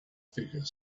figure